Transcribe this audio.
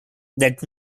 that